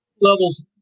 Levels